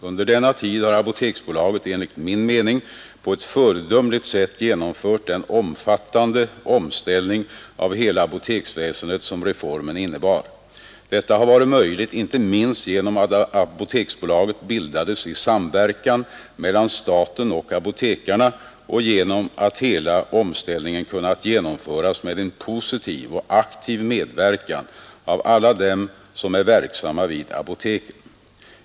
Under denna tid har Apoteksbolaget enligt min mening på ett föredömligt sätt genomfört den omfattande omställning av hela apoteksväsendet som reformen innebar. Detta har varit möjligt inte minst genom att Apoteksbolaget bildades i samverkan mellan staten och apotekarna och genom att hela omställningen kunnat genomföras med en positiv och aktiv medverkan av alla dem som är verksamma vid apoteken.